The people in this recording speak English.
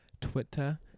Twitter